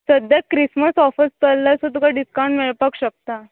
सद्या Christmas offers चल्ला so तुका डिसकावंट मेळपाक शकता